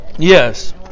Yes